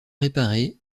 réparée